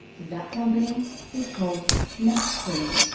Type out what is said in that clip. that company is called meth screen.